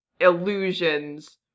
illusions